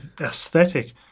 aesthetic